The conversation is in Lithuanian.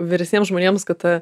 vyresniems žmonėms kad